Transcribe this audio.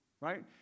Right